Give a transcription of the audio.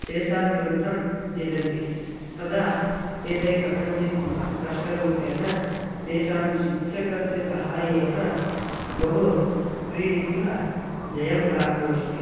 तेषां विरुद्धं त्यजन्ति तदा एते कथञ्चित् महत्कष्टरूपेण तेषां शिक्षकस्य सहायेन बहु क्रीडित्वा जयं प्राप्नुवन्ति